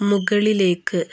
മുകളിലേക്ക്